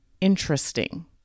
Interesting